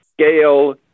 scale